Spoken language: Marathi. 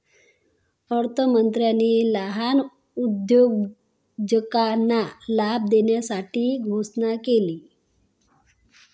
अर्थमंत्र्यांनी लहान उद्योजकांना लाभ देण्यासाठी घोषणा केली